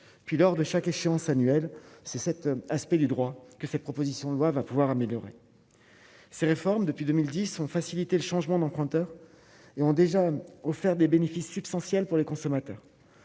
puis lors de chaque échéance annuelle, c'est cet aspect du droit que cette proposition de loi va pouvoir améliorer ses réformes depuis 2010 ont faciliter le changement d'emprunteurs et ont déjà offert des bénéfices substantiels pour les consommateurs,